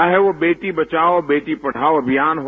चाहे वह बेटी बचाओ बेटी पढ़ाओ अभियान हो